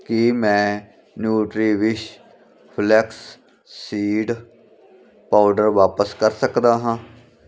ਕੀ ਮੈਂ Nutriwish flax seed powder ਵਾਪਸ ਕਰ ਸਕਦਾ ਹਾਂ